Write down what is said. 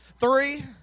Three